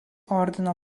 ordino